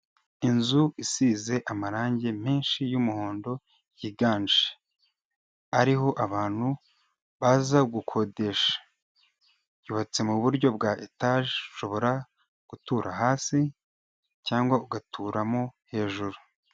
Inzu isize amarangi menshi y'umuhondo yiganje, ariho abantu baza gukodesha. Yubatse mu buryo bwa etage, ushobora gutura hasi cyangwa ugaturamo hejuru.